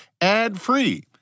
ad-free